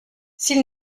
s’il